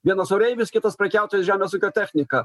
vienas oreivis kitas prekiautojas žemės ūkio technika